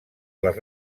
les